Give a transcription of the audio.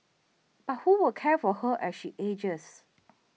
but who will care for her as she ages